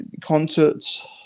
concerts